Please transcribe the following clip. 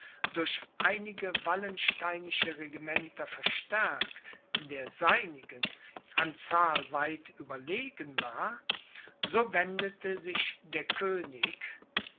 durch einige wallensteinische regimenter verstärkt der seinigen an zahl weit überlegen war so wendete sich der könig